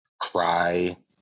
cry